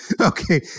Okay